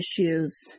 issues